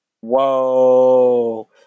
Whoa